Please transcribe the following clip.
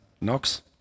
knocks